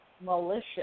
malicious